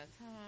time